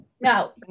No